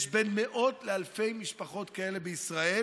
יש בין מאות לאלפי משפחות כאלה בישראל,